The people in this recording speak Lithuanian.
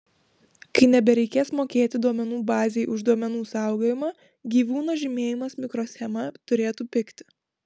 kai nebereikės mokėti duomenų bazei už duomenų saugojimą gyvūno žymėjimas mikroschema turėtų pigti